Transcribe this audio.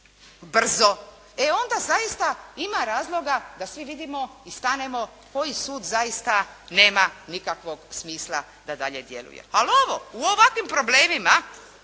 brzo, e onda zaista ima razloga da svi vidimo i stanemo koji sud zaista nema nikakvog smisla da dalje djeluje. Ali ovo u ovakvim problemima